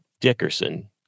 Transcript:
Dickerson